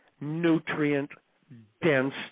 nutrient-dense